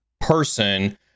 person